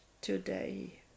today